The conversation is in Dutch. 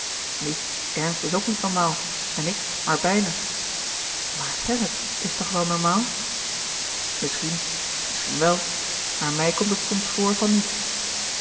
nu ernst is ook niet normaal en ik maar bijna maar gerrit is toch wel normaal misschien misschien wel maar mij komt het soms voor van niet